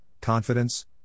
confidence